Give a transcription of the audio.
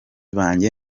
banjye